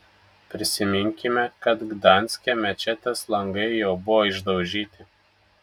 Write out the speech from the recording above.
prisiminkime kad gdanske mečetės langai jau buvo išdaužyti